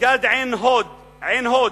מסגד עין-הוד בעין-הוד,